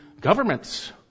governments